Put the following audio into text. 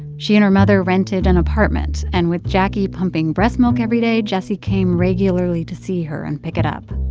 she and her mother rented an and apartment, and with jacquie pumping breast milk every day, jessie came regularly to see her and pick it up.